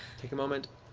take a moment,